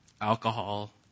alcohol